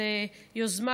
זו יוזמה,